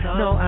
no